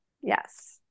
Yes